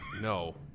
No